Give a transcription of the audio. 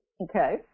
Okay